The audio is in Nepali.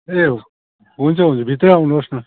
ए हुन्छ हुन्छ भित्रै आउनुहोस् न